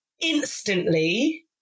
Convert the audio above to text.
instantly